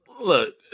look